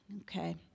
okay